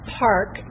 park